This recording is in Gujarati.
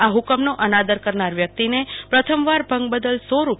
આ ફકમનો અનાદર કરનાર વ્યકિતને પ્રથમ વાર ભંગ બદલ રૂ